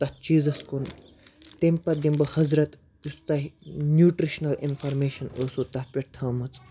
تَتھ چیٖزَس کُن تمہِ پَتہٕ دِمہٕ بہٕ حضرت یُس تۄہہِ نیوٗٹِرٛشنَل اِنفارمیشَن ٲسوٕ تَتھ پٮ۪ٹھ تھٲومٕژ